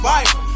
Bible